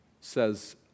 says